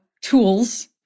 tools